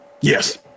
Yes